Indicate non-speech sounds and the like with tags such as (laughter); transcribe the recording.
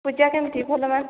ପୂଜା କେମିତି ଭଲ (unintelligible)